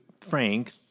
Frank